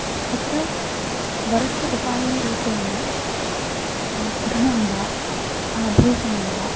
तत्र वरस्य उपायनरूपेण धनं वा आभूषणं वा